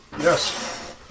Yes